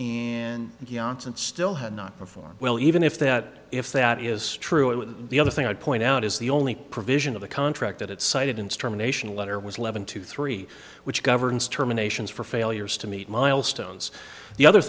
yachts and still had not performed well even if that if that is true with the other thing i'd point out is the only provision of the contract that it cited instrumentation letter was eleven to three which governs terminations for failures to meet milestones the other